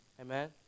amen